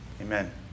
Amen